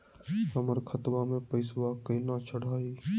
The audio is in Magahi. हमर खतवा मे पैसवा केना चढाई?